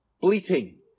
bleating